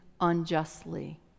unjustly